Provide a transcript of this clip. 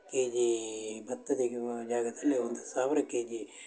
KG ಬತ್ತ ತೆಗಿಯುವ ಜಾಗದಲ್ಲಿ ಒಂದು ಸಾವಿರ ಕೆಜಿ